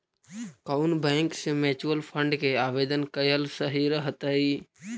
कउन बैंक से mutual fund के आवेदन कयल सही रहतई?